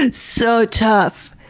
and so tough.